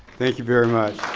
thank you very much.